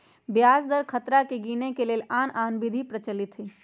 ब्याज दर खतरा के गिनेए के लेल आन आन विधि प्रचलित हइ